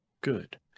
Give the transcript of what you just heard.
Good